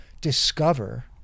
discover